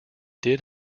did